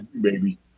baby